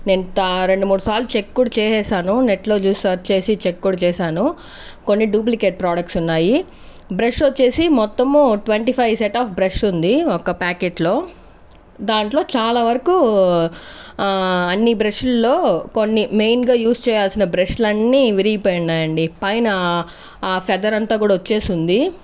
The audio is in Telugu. నేను ఆ రెండు మూడు సార్లు చెక్ కూడా చేసేసాను నెట్ లో చూసి సెర్చ్ చేసి చెక్కు కూడా చేశాను కొన్ని డూప్లికేట్ ప్రొడక్ట్స్ ఉన్నాయి బ్రష్ వచ్చేసి మొత్తము twenty five set of brush ఉంది ఒక ప్యాకెట్ లో దాంట్లో చాలా వరకు అన్ని బ్రష్యుల్లో కొన్ని మెయిన్ గా యూస్ చేయాల్సిన బ్రష్యు లన్నీ విరిగిపోయి ఉన్నాయండి పైన ఆ ఫెదర్ అంతా కూడా వచ్చేసుంది